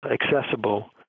accessible